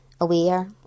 aware